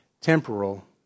temporal